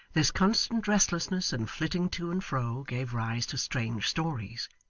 this constant restlessness, and flitting to and fro, gave rise to strange stories.